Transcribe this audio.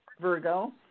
Virgo